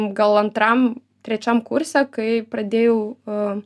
gal antram trečiam kurse kai pradėjau